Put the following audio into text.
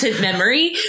memory